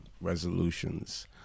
resolutions